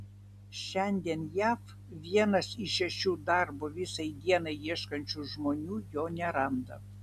šiandien jav vienas iš šešių darbo visai dienai ieškančių žmonių jo neranda